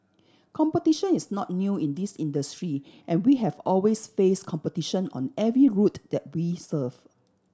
competition is not new in this industry and we have always faced competition on every route that we serve